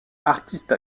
artiste